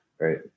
right